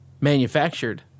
manufactured